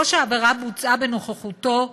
או שהעבירה בוצעה בנוכחותו,